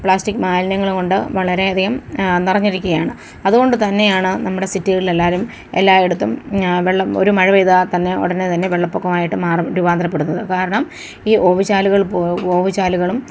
plastic മാലിന്യങ്ങള് കൊണ്ട് വളരെയധികം നിറഞ്ഞിരിക്കുകയാണ് അതുകൊണ്ട് തന്നെയാണ് നമ്മുടെ സിറ്റികളിലെല്ലാരും എല്ലായിടത്തും വെള്ളം ഒരു മഴപെയ്താൽ തന്നെ ഉടനെ തന്നെ വെള്ളപ്പൊക്കം ആയിട്ട് മാറും രൂപാന്തരപ്പെടുന്നത് കാരണം ഈ ഓവുചാലുകൾ പോ ഓവുചാലുകളും